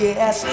Yes